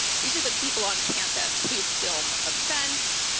these are the people on campus who film events,